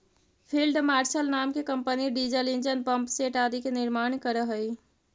field marshal नाम के company diesel engine, pumpset आदि के निर्माण करऽ हई